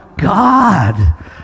God